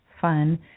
fun